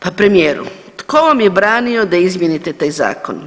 Pa premijeru, tko vam je branio da izmijenite taj zakon?